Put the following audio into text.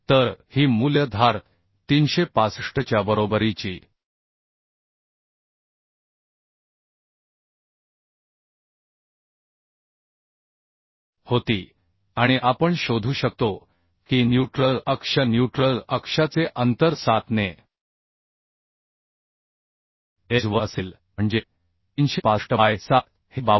तर ही मूल्य धार 365 च्या बरोबरीची होती आणि आपण शोधू शकतो की न्यूट्रल अक्ष न्यूट्रल अक्षाचे अंतर 7 ने एज वर असेल म्हणजे 365 बाय 7 हे 52